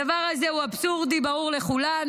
הדבר הזה הוא אבסורדי, ברור לכולנו,